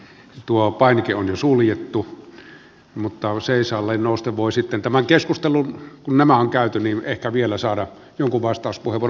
painike on jo suljettu mutta seisaalleen nousten voi sitten kun nämä on käyty ehkä vielä saada jonkun vastauspuheenvuoron